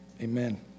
Amen